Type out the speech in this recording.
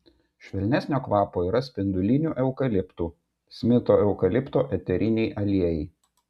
švelnesnio kvapo yra spindulinių eukaliptų smito eukalipto eteriniai aliejai